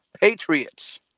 Patriots